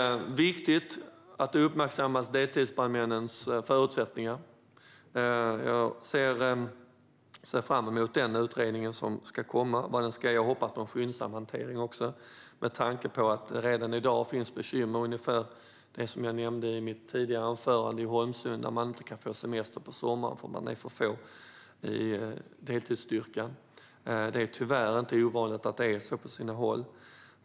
Det är viktigt att deltidsbrandmännens förutsättningar uppmärksammas. Jag ser fram emot utredningen som ska komma och vad den ska ge, och jag hoppas på en skyndsam hantering med tanke på att det redan i dag finns bekymmer ungefär som det jag nämnde i mitt anförande tidigare om att man i Holmsund inte kan få semester för att det är för få i deltidsstyrkan. Det är tyvärr inte ovanligt att det är så på sina håll.